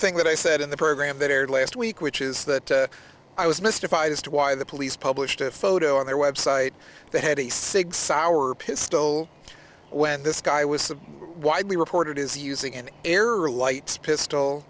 thing that i said in the program that aired last week which is that i was mystified as to why the police published a photo on their website that had a six hour pistol when this guy was widely reported as using an air or lights pistol